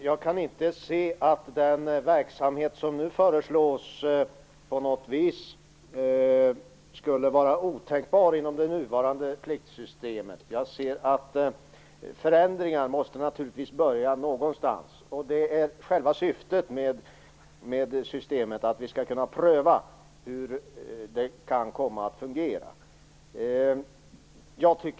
Herr talman! Jag kan inte se att den verksamhet som nu föreslås på något vis skulle vara otänkbar inom det nuvarande pliktsystemet. Förändringar måste naturligtvis börja någonstans, och själva syftet med systemet är att vi skall pröva hur det kan komma att fungera.